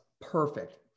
perfect